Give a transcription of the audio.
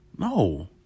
No